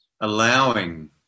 Allowing